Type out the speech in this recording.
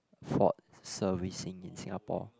Ford servicing in Singapore